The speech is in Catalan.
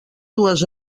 dues